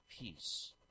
peace